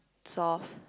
soft